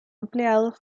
empleados